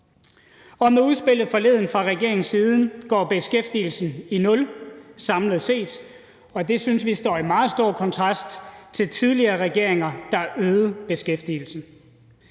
Med udspillet forleden fra regeringens side går beskæftigelsen i nul samlet set, og det synes vi står i meget stor kontrast til tidligere regeringer, der øgede beskæftigelsen.